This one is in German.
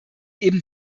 eben